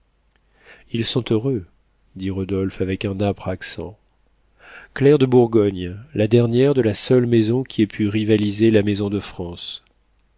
ils sont heureux dit rodolphe avec un âpre accent claire de bourgogne la dernière de la seule maison qui ait pu rivaliser la maison de france